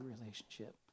relationship